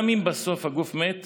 גם אם בסוף הגוף מת,